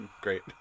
Great